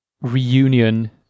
Reunion